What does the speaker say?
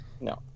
No